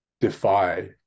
defy